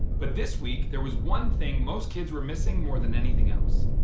but this week there was one thing most kids were missing more than anything else,